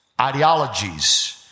ideologies